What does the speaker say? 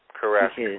Correct